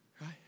right